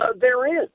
therein